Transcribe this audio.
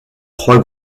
trois